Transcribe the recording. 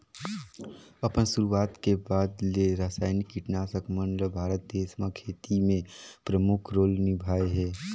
अपन शुरुआत के बाद ले रसायनिक कीटनाशक मन ल भारत देश म खेती में प्रमुख रोल निभाए हे